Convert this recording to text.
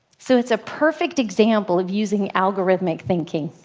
so, it's perfect example of using algorithmic thinking.